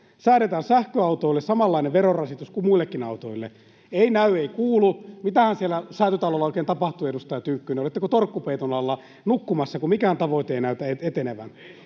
Säädetään sähköautoille samanlainen verorasitus kuin muillekin autoille — ei näy, ei kuulu. Mitähän siellä Säätytalolla oikein tapahtui, edustaja Tynkkynen? Olitteko torkkupeiton alla nukkumassa, kun mikään tavoite ei näytä etenevän?